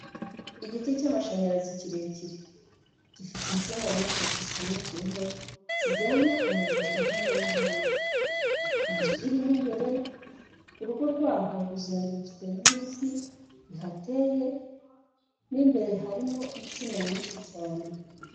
Igiti cy'amashanyarazi kirekire, gifite insinga nyinshi zishamikiyeho, zijyana umuriro impande n'impande. Inzu irimo imbere, urugo rwaho ruzengurutswe n'ibiti bihateye, mo imbere harimo insina nyinshi cyane.